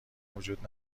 وجود